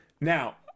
Now